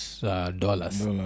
dollars